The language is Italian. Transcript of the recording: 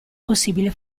possibile